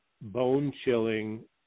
bone-chilling